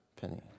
penny